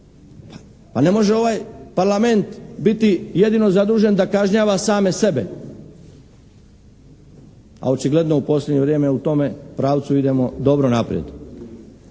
pa ne može ovaj Parlament biti jedino zadužen da kažnjava same sebe, a očigledno u posljednje vrijeme u tome pravcu idemo dobro naprijed.